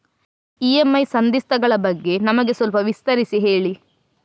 EMI ಸಂಧಿಸ್ತ ಗಳ ಬಗ್ಗೆ ನಮಗೆ ಸ್ವಲ್ಪ ವಿಸ್ತರಿಸಿ ಹೇಳಿ